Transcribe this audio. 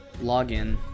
login